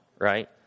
right